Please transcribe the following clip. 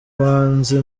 bahanzi